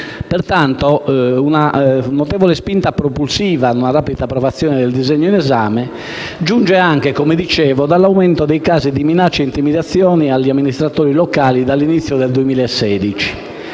Pertanto, una notevole spinta propulsiva a una rapida approvazione del disegno di legge in esame giunge anche - come dicevo - dall'aumento dei casi di minacce e intimidazioni agli amministratori locali dall'inizio del 2016.